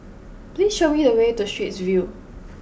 please show me the way to Straits View